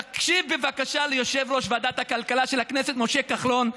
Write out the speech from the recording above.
תקשיב בבקשה ליושב-ראש ועדת הכלכלה של הכנסת משה כחלון,